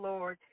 Lord